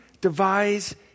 devise